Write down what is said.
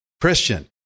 Christian